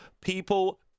People